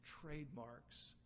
trademarks